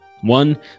One